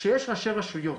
כשיש ראשי רשויות